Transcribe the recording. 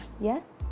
Yes